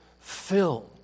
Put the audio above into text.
fill